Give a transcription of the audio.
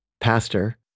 pastor